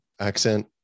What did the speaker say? accent